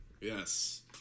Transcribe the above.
Yes